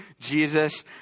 Jesus